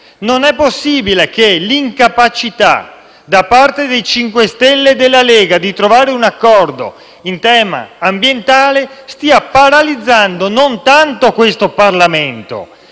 Non è possibile che l'incapacità da parte dei 5 Stelle e della Lega di trovare un accordo in tema ambientale stia non solo paralizzando questo Parlamento